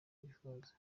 bifuza